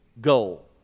goal